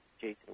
Jason